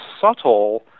subtle